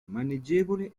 maneggevole